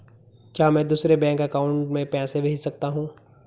क्या मैं दूसरे बैंक अकाउंट में पैसे भेज सकता हूँ?